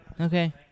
Okay